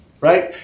right